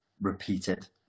repeated